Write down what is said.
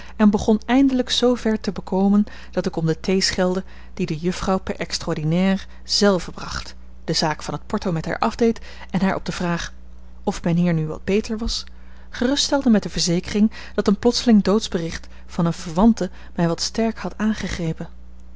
en begon eindelijk zoo ver te bekomen dat ik om de thee schelde die de juffrouw per extra ordinaire zelve bracht de zaak van het porto met haar afdeed en haar op de vraag of mijnheer nu wat beter was geruststelde met de verzekering dat een plotseling doodsbericht van eene verwante mij wat sterk had aangegrepen